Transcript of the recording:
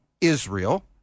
Israel